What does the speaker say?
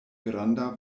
granda